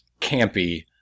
campy